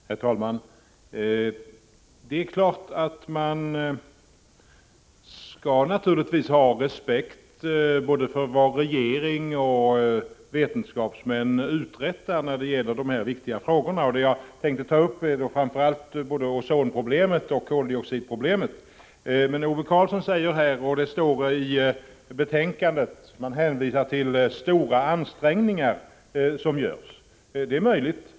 Herr talman! Det är klart att man ska ha respekt både för vad regering och för vad vetenskapsmän uträttar när det gäller de här viktiga frågorna. Det jag tänkte ta upp är framförallt ozonproblemet och koldioxidproblemet. Ove Karlsson talar om stora ansträngningar som görs. Det är möjligt.